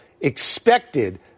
expected